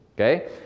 okay